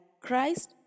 christ